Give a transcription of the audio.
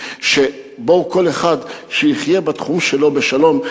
היא שבואו וכל אחד יחיה בתחום שלו בשלום.